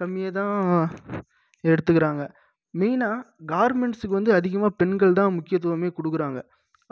கம்மியாக தான் எடுத்துக்கிறாங்க மெயினாக கார்மெண்ட்ஸுக்கு வந்து அதிகமாக பெண்கள் தான் முக்கியத்துவமே கொடுக்கறாங்க